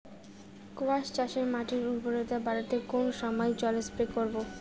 কোয়াস চাষে মাটির উর্বরতা বাড়াতে কোন সময় জল স্প্রে করব?